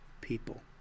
People